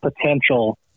potential